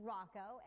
Rocco